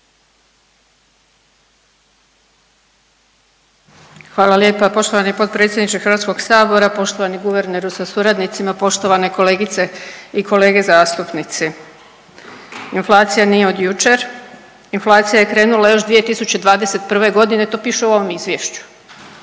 Hvala lijepa poštovani potpredsjedniče HS-a, poštovani guverneru sa suradnicima. Poštovane kolegice i kolege zastupnici. Inflacija nije od jučer, inflacija je krenula još 2021. g., to piše u ovom Izvješću.